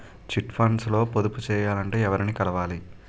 Chit funds లో పొదుపు చేయాలంటే ఎవరిని కలవాలి?